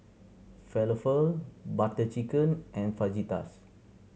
Falafel Butter Chicken and Fajitas